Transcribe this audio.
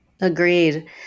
Agreed